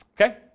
okay